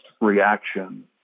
reaction